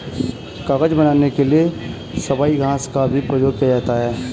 कागज बनाने के लिए सबई घास का भी प्रयोग किया जाता है